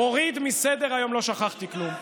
הוריד מסדר-היום, או ששכחת, לא שכחתי כלום.